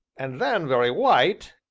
and then very white,